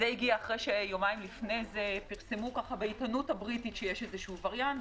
זה הגיע אחרי שיומיים אחרי זה פרסמו בעיתונו הבריטית שיש וריאנט.